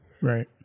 Right